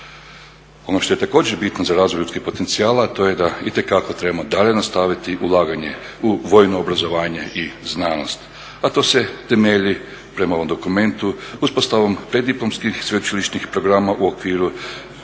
Ono što je također bitno za razvoj ljudskih potencijala, a to je da itekako trebamo dalje nastaviti ulaganje u vojno obrazovanje i znanost, a to se temelji prema ovom dokumentu uspostavom preddiplomskih, sveučilišnih programa u okviru